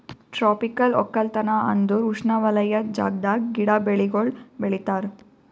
tropical ಒಕ್ಕಲತನ ಅಂದುರ್ ಉಷ್ಣವಲಯದ ಜಾಗದಾಗ್ ಗಿಡ, ಬೆಳಿಗೊಳ್ ಬೆಳಿತಾರ್